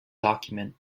document